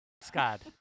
Scott